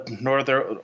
Northern